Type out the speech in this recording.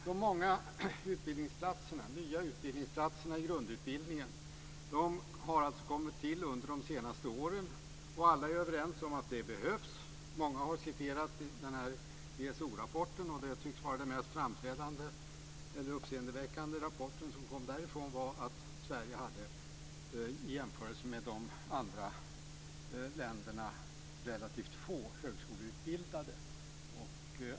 De många nya utbildningsplatserna i grundutbildningen har alltså kommit till under de senaste åren, och alla är överens om att de behövs. Många har citerat ESO-rapporten. Det mest uppseendeväckande i rapporten som kom därifrån tycks vara att Sverige i jämförelse med de andra länderna hade relativt få högskoleutbildade.